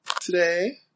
today